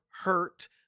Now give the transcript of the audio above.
hurt